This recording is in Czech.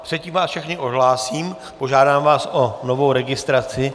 Předtím vás všechny odhlásím a požádám vás o novou registraci.